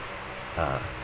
uh